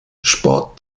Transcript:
sport